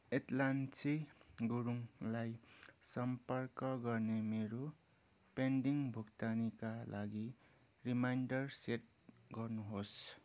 ऐतलक्षी गुरुङलाई सम्पर्क गर्न मेरो पेन्डिङ भुक्तानीका लागि रिमाइन्डर सेट गर्नुहोस्